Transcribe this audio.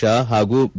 ಶಾ ಹಾಗೂ ಬಿ